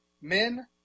men